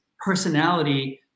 personality